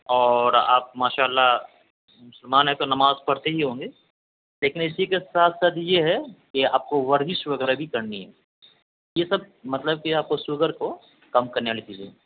اور آپ ماشاء اللہ مسلمان ہیں تو نماز پڑھتے ہی ہوں گے لیکن اسی کے ساتھ ساتھ یہ ہے کہ آپ کو ورزش وغیرہ بھی کرنی ہے یہ سب مطلب کہ آپ کو شوگر کو کم کرنے والی چیزیں ہیں